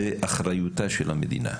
זה אחריותה של המדינה,